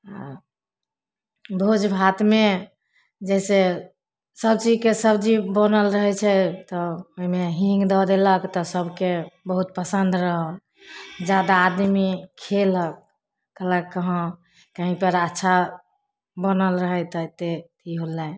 आओर भोजभातमे जैसे सबचीजके सब्जी बनल रहय छै तऽ ओइमे हीङ्ग दऽ देलक तऽ सबके बहुत पसन्द रहल जादा आदमी खेलक कहलक हँ कहींपर अच्छा बनल रहय तऽ एते अथी होलय